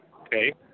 Okay